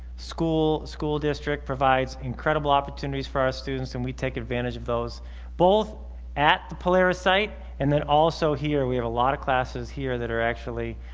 school school district provides incredible opportunities for our students and we take advantage of those both at the polaris site and then also here we have a lot of classes here that are actually